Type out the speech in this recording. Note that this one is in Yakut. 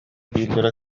дииллэрэ